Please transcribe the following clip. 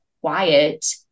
quiet